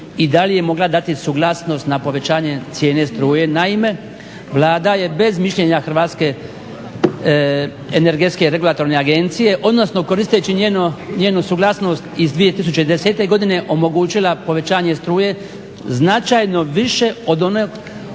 i da li je mogla dati suglasnost na povećanje cijene struje. Naime, Vlada je bez mišljenja Hrvatske energetske regulatorne agencije, odnosno koristeći njenu suglasnost iz 2010. godine omogućila povećanje struje značajno više od onog